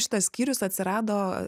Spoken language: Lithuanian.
šitas skyrius atsirado